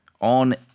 on